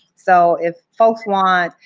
so, if folks want,